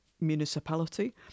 municipality